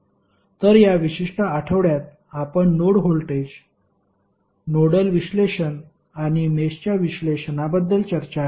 तर या विशिष्ट आठवड्यात आपण नोड व्होल्टेज नोडल विश्लेषण आणि मेषच्या विश्लेषणाबद्दल चर्चा केली